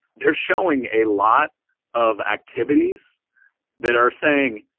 they're showing a lot of activities that are saying,